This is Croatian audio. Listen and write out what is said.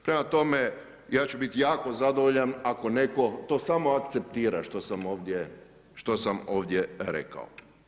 Prema tome, ja ću biti jako zadovoljan, ako netko to samo akcepira što sam ovdje rekao.